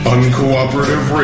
Uncooperative